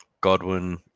Godwin